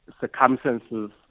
circumstances